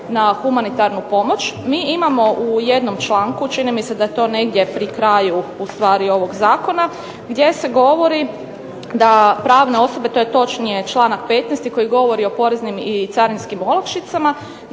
na humanitarnu pomoć. Mi imamo u jednom članku, čini mi se da je to negdje pri kraju ovog zakona, gdje se govori da pravne osobe, to je točnije članak 15. koji govori o poreznim i carinskim olakšicama,